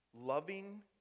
loving